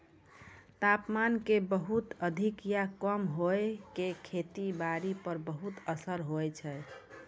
तापमान के बहुत अधिक या कम होय के खेती बारी पर बहुत असर होय छै